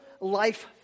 life